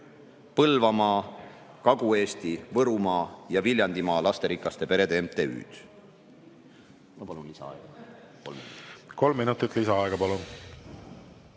Põlvamaa, Kagu-Eesti, Võrumaa ja Viljandimaa lasterikaste perede MTÜ-d."